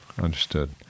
understood